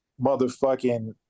motherfucking